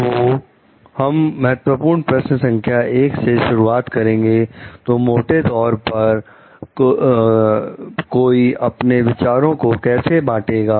तो हम महत्वपूर्ण प्रश्न संख्या 1 से शुरुआत करेंगे तो मोटे तौर पर कोई अपने विचारों को कैसे बटेगा